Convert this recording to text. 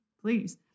please